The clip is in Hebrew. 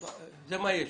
זה מה יש.